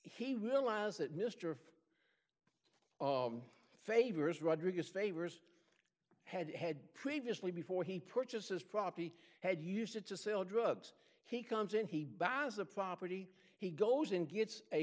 he relies that mr of favors rodriguez favors had had previously before he purchases property had used it to sell drugs he comes in he buys a property he goes in gets a